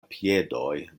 piedoj